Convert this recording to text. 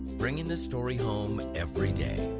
bringing the story home everyday.